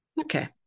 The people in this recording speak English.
Okay